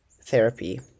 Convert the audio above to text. therapy